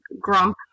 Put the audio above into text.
grump